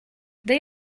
they